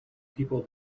people